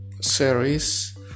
series